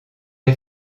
est